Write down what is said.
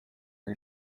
are